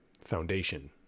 foundation